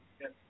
yes